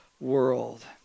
world